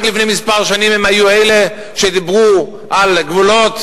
לפני מספר שנים היו אלה שדיברו על גבולות,